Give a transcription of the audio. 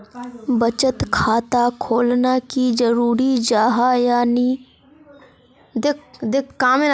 बचत खाता खोलना की जरूरी जाहा या नी?